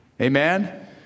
Amen